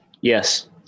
Yes